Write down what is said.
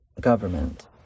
government